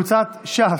ש"ס: